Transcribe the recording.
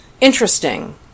interesting